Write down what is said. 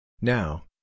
Now